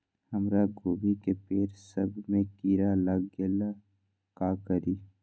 हमरा गोभी के पेड़ सब में किरा लग गेल का करी?